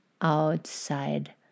outside